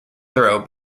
throw